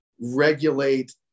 regulate